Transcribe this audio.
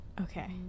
Okay